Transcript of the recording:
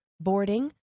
boarding